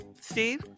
Steve